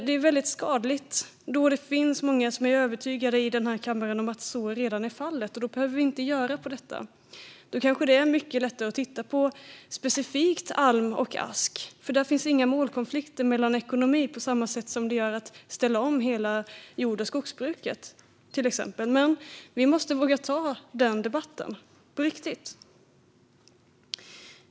Det är väldigt skadligt att det finns många i denna kammare som är övertygade om att så redan är fallet och att vi inte behöver göra detta. Då kanske det är mycket lättare att titta specifikt på alm och ask, för där finns det inga målkonflikter med ekonomin på samma sätt som det finns när det gäller att ställa om till exempel hela jord och skogsbruket. Men vi måste våga ta den debatten på riktigt.